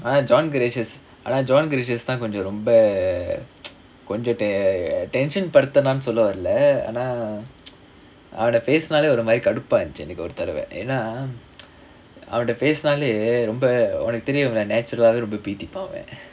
a joint gracious joint gracious தா கொஞ்ச ரொம்ப கொஞ்ச:thaa konja romba konja attention படுத்துனான் சொல்ல வரல ஆனா அவன்ட பேசுனாலே ஒரு மாரி கடுப்பா இருந்துச்சு ஒரு தடவ ஏனா அவன்ட பேசுனாலே ரொம்ப உனக்கு தெரியுல:paduthunaan solla varala aanaa avantta paesunaalae oru maari kaduppaa irunthuchu oru thadava yaenaa avanta paesunaale romba unakku theriyula natural ஆவே ரொம்ப பீத்திப்பான் அவன்:aavae romba peethippaan avan